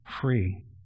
free